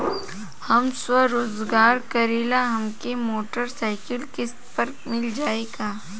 हम स्वरोजगार करीला हमके मोटर साईकिल किस्त पर मिल जाई का?